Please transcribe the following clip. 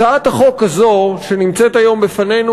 הצעת החוק הזאת שנמצאת היום לפנינו